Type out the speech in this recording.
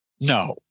No